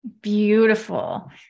Beautiful